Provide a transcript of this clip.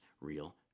real